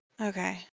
Okay